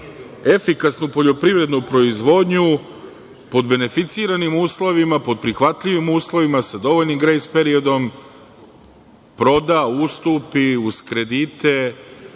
efikasnu poljoprivrednu proizvodnju, pod beneficiranim uslovima, pod prihvatljivim uslovima, sa dovoljnim grejs periodom, proda, ustupi, uz kredite,